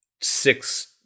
six